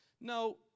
No